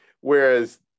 whereas